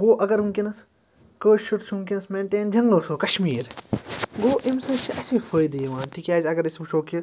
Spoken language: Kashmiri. گوٚو اگر وٕنۍکٮ۪نَس کٲشُر چھُ وٕنۍکٮ۪س مینٹین جَنگَلو سو کَشمیٖر گوٚو اَمہِ سۭتۍ چھِ اَسے فٲیدٕ یِوان تکیازِ اگر أسۍ وٕچھو کہِ